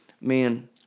man